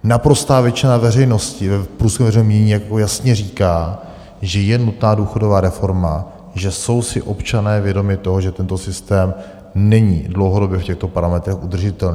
Naprostá většina veřejnosti, veřejné mínění jasně říká, že je nutná důchodová reforma, že jsou si občané vědomi toho, že tento systém není dlouhodobě v těchto parametrech udržitelný.